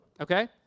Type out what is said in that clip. okay